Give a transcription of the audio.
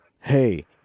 hey